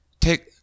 take